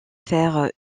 faire